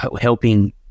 helping